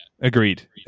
agreed